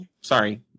Sorry